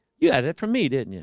you had it from me didn't you